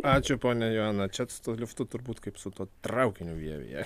ačiū ponia joana čia su tuo liftu turbūt kaip su tuo traukiniu vievyje